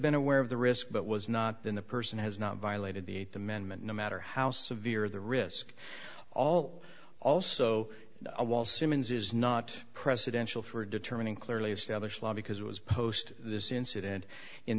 been aware of the risk but was not then the person has not violated the eighth amendment no matter how severe the risk all also a wall simmons is not presidential for determining clearly established law because it was post this incident in